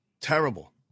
Terrible